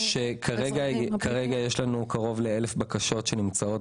כרגע יש לנו קרוב ל-1,000 בקשות שנמצאות